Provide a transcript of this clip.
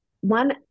one